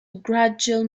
gradual